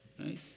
right